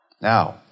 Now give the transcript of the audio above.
Now